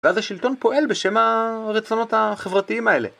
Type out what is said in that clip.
ואז השלטון פועל בשם הרצונות החברתיים האלה.